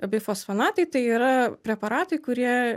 bifosfonatai tai yra preparatai kurie